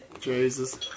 Jesus